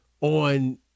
on